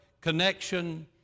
connection